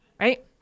Right